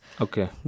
Okay